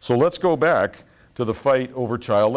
so let's go back to the fight over child